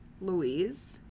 Louise